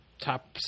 top